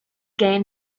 gain